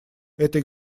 этой